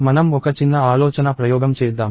మనం ఒక చిన్న ఆలోచనా ప్రయోగం చేద్దాం